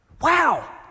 Wow